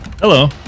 Hello